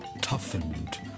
toughened